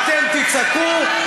אתם תצעקו,